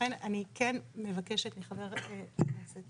לכן אני כן מבקשת מחבר הכנסת